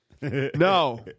no